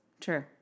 True